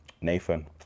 Nathan